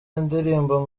indirimbo